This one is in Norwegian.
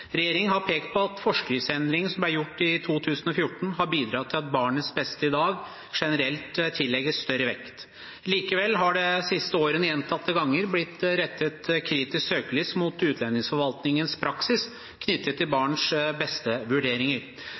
Regjeringen har pekt på at forskriftsendringen som ble gjort i 2014, har bidratt til at barnets beste i dag generelt tillegges større vekt. Likevel har det de siste årene gjentatte ganger blitt rettet kritisk søkelys mot utlendingsforvaltningens praksis knyttet til